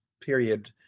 period